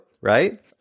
right